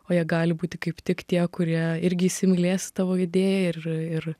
o jie gali būti kaip tik tie kurie irgi įsimylės tavo idėją ir ir